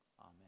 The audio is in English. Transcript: Amen